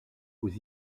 aux